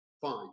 fine